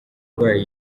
urwaye